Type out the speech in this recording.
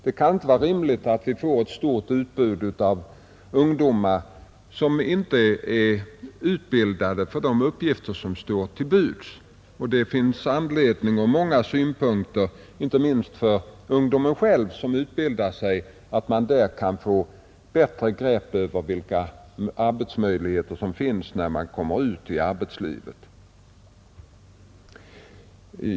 Det kan inte vara rimligt att vi får ett stort utbud av ungdomar som inte är utbildade för de uppgifter som står till förfogande. Det är angeläget från många synpunkter, inte minst för den ungdom som utbildar sig, att få ett bättre grepp över vilka arbetsmöjligheter som finns när man kommer ut i arbetslivet.